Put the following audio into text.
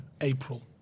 April